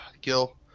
Gil